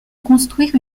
construire